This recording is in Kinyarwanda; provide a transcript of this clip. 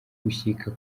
gushika